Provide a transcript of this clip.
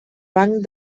banc